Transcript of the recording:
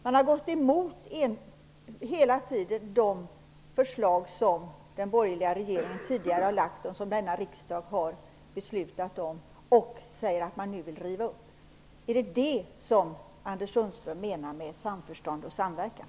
Man har hela tiden gått emot de förslag som den borgerliga regeringen tidigare har lagt fram och som denna riksdag har beslutat om och säger att man nu vill riva upp dem. Är det vad som Anders Sundström menar med samförstånd och samverkan?